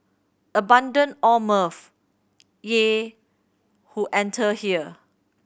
abandon all mirth ye who enter here